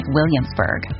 Williamsburg